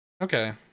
Okay